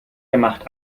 gemacht